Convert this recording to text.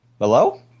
Hello